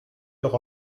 leur